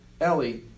Ellie